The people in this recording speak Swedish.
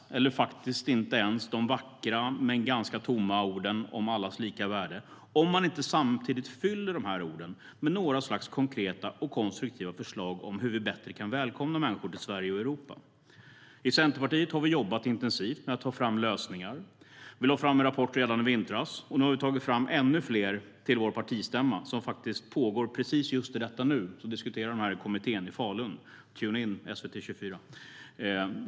Det duger faktiskt inte ens med de vackra men ganska tomma orden om allas lika värde om man inte samtidigt fyller de orden med något slags konkreta och konstruktiva förslag om hur vi bättre kan välkomna människor till Sverige och Europa. I Centerpartiet har vi jobbat intensivt med att ta fram lösningar. Vi lade fram en rapport redan i vintras och har tagit fram ännu fler till vår partistämma, som faktiskt pågår nu. Precis i detta nu diskuterar kommittén i Falun - tune in SVT24!